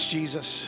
Jesus